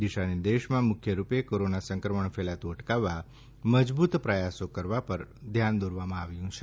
દિશા નિર્દેશમાં મુખ્યરૂપે કોરોના સંક્રમણ ફેલાતું અટકાવવા મજબુત પ્રયાસો કરવા પર ધ્યાન દોરવામાં આવ્યું છે